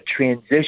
transition